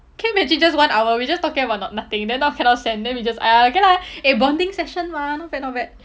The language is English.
can you imagine just one hour we just talking about not~ nothing then now cannot send then we just !aiya! okay lah eh bonding session mah not bad not bad